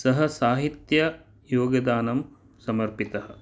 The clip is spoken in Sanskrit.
सः साहित्ययोगदानं समर्पितः